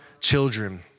children